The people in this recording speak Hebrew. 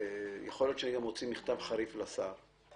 ויכול להיות שאני גם אוציא מכתב חריף לשר,